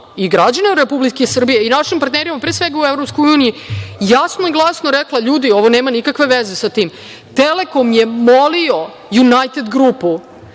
i građanima Republike Srbije i našim partnerima, pre svega u EU, jasno i glasno rekla – ljudi, ovo nema nikakve veze sa tim. „Telekom“ je molio „Junajted grupu“